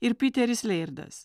ir piteris leirdas